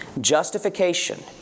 Justification